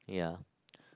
ya